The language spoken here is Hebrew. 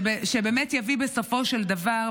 זה באמת יביא בסופו של דבר,